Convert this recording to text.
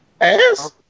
Ass